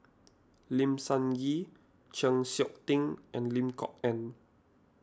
Lim Sun Gee Chng Seok Tin and Lim Kok Ann